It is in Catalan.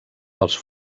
pels